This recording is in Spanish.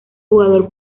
jugador